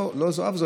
לא זו אף זו,